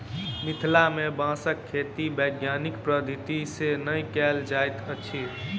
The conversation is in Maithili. मिथिला मे बाँसक खेती वैज्ञानिक पद्धति सॅ नै कयल जाइत अछि